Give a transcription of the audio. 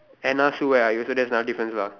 Anna Sue where are you so that's another difference lah